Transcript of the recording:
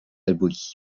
abolies